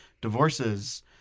divorces